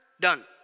done